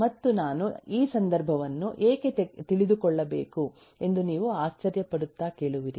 ಮತ್ತು ನಾನು ಈ ಸಂದರ್ಭವನ್ನು ಏಕೆ ತಿಳಿದುಕೊಳ್ಳಬೇಕು ಎಂದು ನೀವು ಆಶ್ಚರ್ಯ ಪಡುತ್ತ ಕೇಳುವಿರಿ